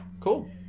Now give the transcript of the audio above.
Cool